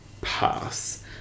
Pass